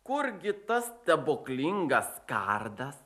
kurgi tas stebuklingas kardas